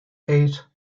eight